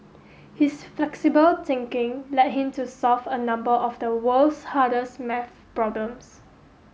his flexible thinking led him to solve a number of the world's hardest maths problems